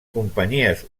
companyies